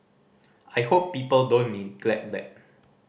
I hope people don't neglect that